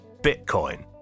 Bitcoin